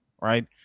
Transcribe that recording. right